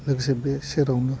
लोगोसे बे सेरावनो